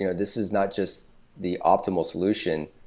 you know this is not just the optimal solution,